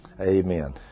Amen